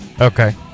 Okay